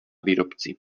výrobci